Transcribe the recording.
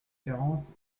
quarante